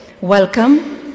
Welcome